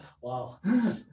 Wow